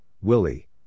Willie